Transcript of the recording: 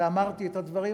ואמרתי את הדברים,